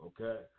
okay